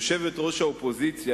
יושבת-ראש האופוזיציה,